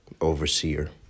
overseer